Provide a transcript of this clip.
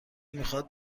میخواد